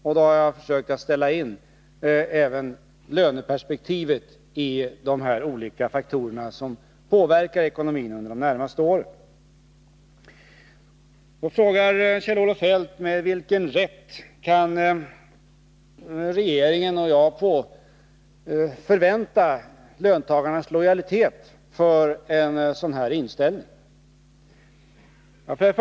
Därför har jag försökt att sätta in även löneperspektivet i de olika faktorer som påverkar ekonomin under de närmaste åren. Då frågar Kjell-Olof Feldt: Med vilken rätt kan regeringen och jag förvänta löntagarnas lojalitet för en sådan här inställning? Herr talman!